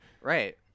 Right